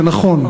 זה נכון,